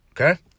Okay